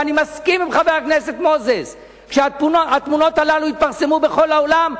ואני מסכים עם חבר הכנסת מוזס שהתמונות האלה יתפרסמו בכל העולם,